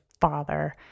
father